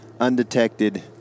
undetected